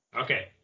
Okay